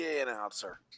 announcer